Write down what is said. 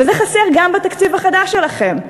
וזה חסר גם בתקציב החדש שלכם.